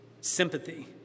sympathy